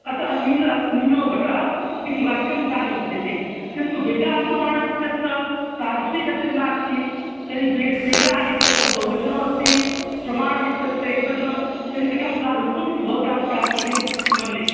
अतः नीलः नीलो घटः इति वाक्यं साधुः विद्यते किन्तु वेदाः प्रमाणम् इत्यत्र तादृशी गतिर्नास्ति तर्हि बे वेदाः इत्यत्र बहुवचनम् अस्ति प्रमाणम् इत्यत्र एकवचनं तर्हि कथं साधुत्वम् इति भवतां तात्पर्यं मन्ये